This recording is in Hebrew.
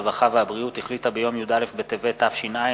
הרווחה והבריאות החליטה ביום י"א בטבת התש"ע,